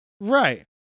Right